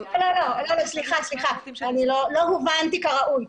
לא, סליחה לא הובנתי כראוי.